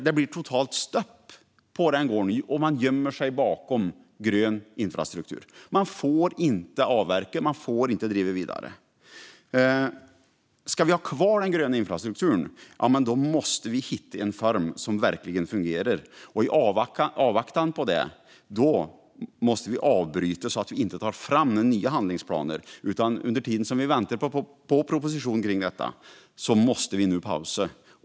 Det blir totalt stopp på den gården, och man gömmer sig bakom grön infrastruktur. De får inte avverka och driva det vidare. Ska vi ha kvar den gröna infrastrukturen måste vi hitta en form som verkligen fungerar. I avvaktan på det måste vi avbryta och inte ta fram nya handlingsplaner. Under tiden som vi väntar på proposition om detta måste vi nu pausa.